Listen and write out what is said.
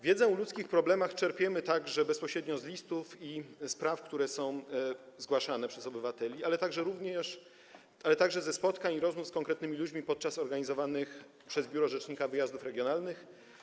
Wiedzę o ludzkich problemach czerpiemy także bezpośrednio z listów i spraw, które są zgłaszane przez obywateli, ale także ze spotkań i rozmów z konkretnymi ludźmi podczas organizowanych przez biuro rzecznika wyjazdów regionalnych.